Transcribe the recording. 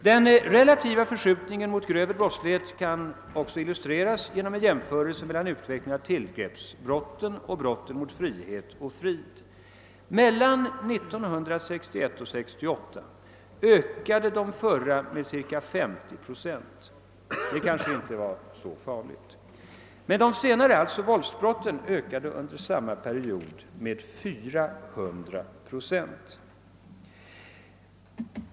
Den relativa förskjutningen mot grövre brottslighet kan också illustreras genom en jämförelse mellan utvecklingen av tillgreppsbrotten och brotten mot frihet och frid. Mellan åren 1961 och 1968 ökade den förra kategorin brott med ca 50 procent. Det kanske inte var så farligt. Men den senare kategorin — alltså våldsbrotten — ökade under samma period med 400 procent!